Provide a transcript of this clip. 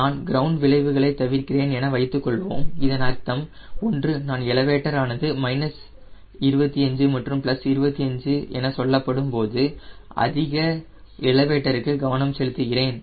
நான் கிரவுண்ட் விளைவுகளை தவிர்க்கிறேன் என வைத்துக்கொள்வோம் இதன் அர்த்தம் ஒன்று நான் எலவேட்டரானது மைனஸ் 25 மற்றும் பிளஸ் 25 என சொல்லப்படும் போது அதிக எலவேட்டர் க்கு கவனம் செலுத்துகிறேன்